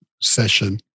session